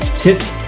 tips